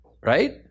right